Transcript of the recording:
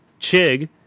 Chig